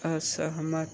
असहमत